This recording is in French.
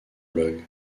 blog